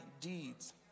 deeds